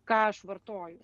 ką aš vartoju